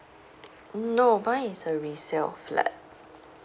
no mine is a resale flat